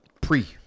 Pre